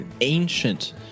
ancient